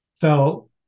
felt